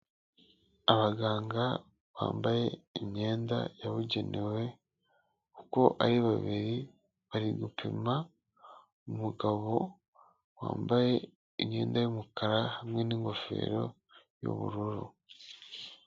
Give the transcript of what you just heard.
Abaganga bambaye imyenda yabugenewe uko ari babiri bari gupima umugabo wambaye imyenda y'umukara hamwe n'ingofero y'ubururu.